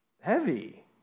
heavy